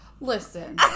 Listen